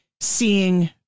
seeing